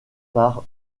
par